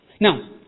Now